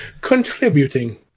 contributing